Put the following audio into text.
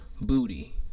booty